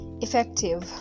effective